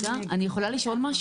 אני נגד.